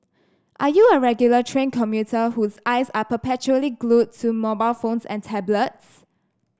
are you a regular train commuter whose eyes are perpetually glued to mobile phones and tablets